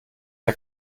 der